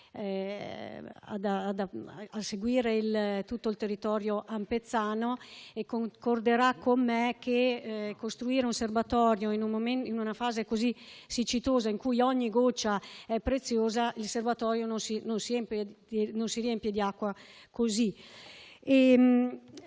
a seguire tutto il territorio ampezzano. Concorderà con me che costruire un serbatoio in una fase così siccitosa, in cui ogni goccia è preziosa, non vuol dire che si riempie di acqua.